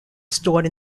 stored